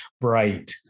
bright